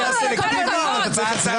הרוויזיה הוסרה.